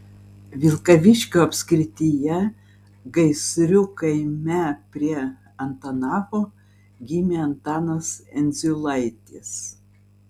vilkaviškio apskrityje gaisrių kaime prie antanavo gimė antanas endziulaitis